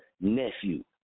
nephew